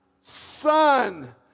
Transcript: Son